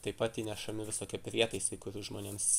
taip pat įnešami visokie prietaisai kurių žmonėms